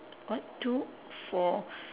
one two four